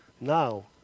now